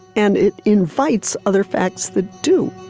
and it invites other facts that do